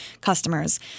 customers